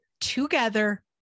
together